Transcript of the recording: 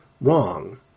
wrong